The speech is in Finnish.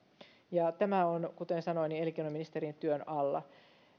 ja tämä on kuten sanoin elinkeinoministerin työn alla